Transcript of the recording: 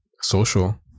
social